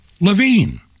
Levine